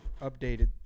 updated